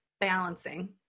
balancing